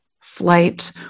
flight